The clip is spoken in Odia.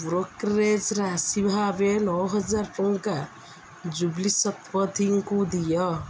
ବ୍ରୋକରେଜ୍ ରାଶି ଭାବେ ନଅହାଜର ଟଙ୍କା ଜୁବ୍ଲି ଶତପଥୀଙ୍କୁ ଦିଅ